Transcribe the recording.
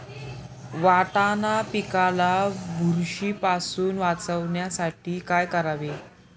वाटाणा पिकाला बुरशीपासून वाचवण्यासाठी काय करावे?